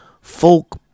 folk